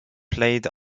played